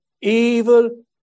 evil